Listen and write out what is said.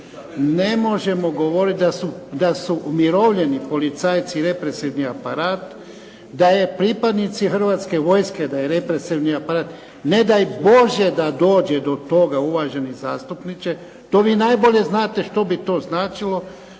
Ne možemo govoriti da su umirovljeni policajci represivni aparat, da je pripadnici Hrvatske vojske da je represivni aparat. Ne daj Bože da dođe do toga uvaženi zastupniče, to vi najbolje znate što bi to značilo